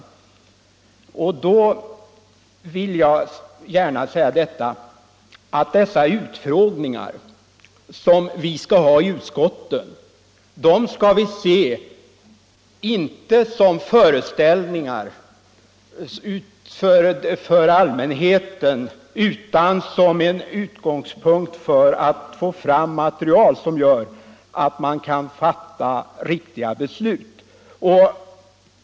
Jag vill gärna säga att dessa utskottsutfrågningar skall vi se inte såsom föreställningar för allmänheten utan såsom en utgångspunkt när det gäller att få fram material, som gör att riktiga beslut kan fattas.